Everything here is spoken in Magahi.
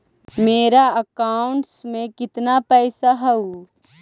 मेरा अकाउंटस में कितना पैसा हउ?